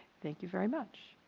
thank you very much.